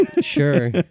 sure